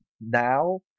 now